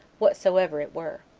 whatsoever it were.